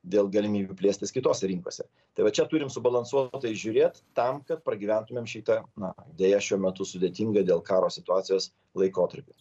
dėl galimybių plėstis kitose rinkose tai va čia turim subalansuotai žiūrėt tam kad pragyventumėm šitą na deja šiuo metu sudėtingą dėl karo situacijos laikotarpį